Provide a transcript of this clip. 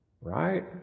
Right